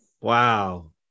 wow